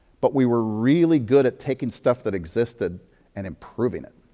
but we were really good at taking stuff that existed and improving it,